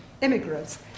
immigrants